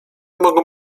mogą